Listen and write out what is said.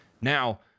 Now